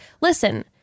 Listen